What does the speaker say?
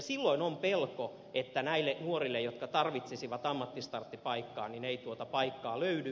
silloin on pelko että näille nuorille jotka tarvitsisivat ammattistarttipaikkaa ei tuota paikkaa löydy